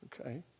okay